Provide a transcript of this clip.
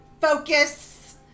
Focus